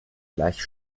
gleich